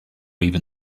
even